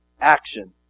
Action